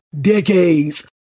decades